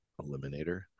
eliminator